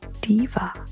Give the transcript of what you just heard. diva